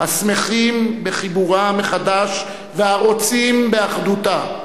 השמחים בחיבורה מחדש והרוצים באחדותה.